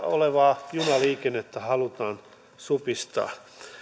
olevaa junaliikennettä halutaan supistaa